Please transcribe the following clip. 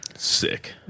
Sick